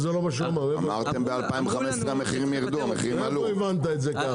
זה לא נכון, מאיפה הבנת את זה ככה?